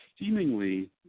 seemingly